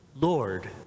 Lord